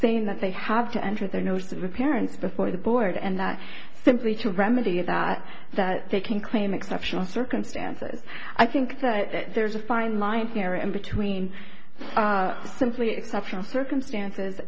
saying that they have to enter their noses apparent before the board and that simply to remedy that that they can claim exceptional circumstances i think that there's a fine line here and between simply exceptional circumstances